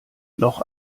noch